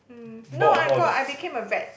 mm no I got I became a vet